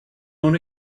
own